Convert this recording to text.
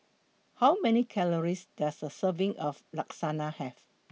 How Many Calories Does A Serving of Lasagna Have